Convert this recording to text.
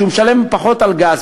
כשהוא משלם פחות על גז,